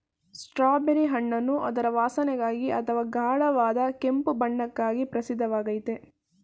strawberry ಹಣ್ಣನ್ನು ಅದರ ವಾಸನೆಗಾಗಿ ಹಾಗೂ ಗಾಢವಾದ ಕೆಂಪು ಬಣ್ಣಕ್ಕಾಗಿ ಪ್ರಸಿದ್ಧವಾಗಯ್ತೆ